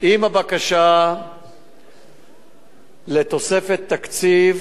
הבקשה לתוספת תקציב,